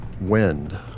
wind